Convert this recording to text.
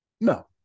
no